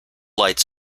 lights